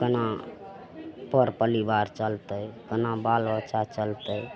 कोना पर परिवार चलतै कोना बालबच्चा चलतै